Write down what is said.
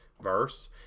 verse